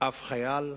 אף חייל.